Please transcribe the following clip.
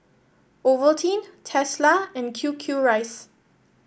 Ovaltine Tesla and Q Q rice